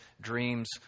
dreams